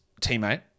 teammate